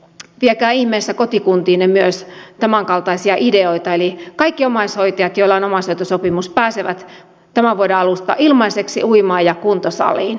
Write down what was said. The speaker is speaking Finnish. viekää ihmeessä kotikuntiinne myös tämänkaltaisia ideoita eli kaikki omaishoitajat joilla on omaishoitosopimus pääsevät tämän vuoden alusta ilmaiseksi uimaan ja kuntosaliin